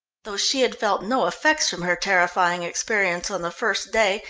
though she had felt no effects from her terrifying experience on the first day,